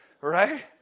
right